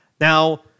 Now